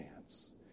chance